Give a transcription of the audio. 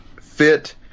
fit